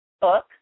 Book